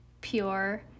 pure